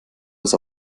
das